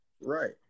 Right